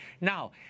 Now